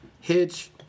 Hitch